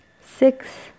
six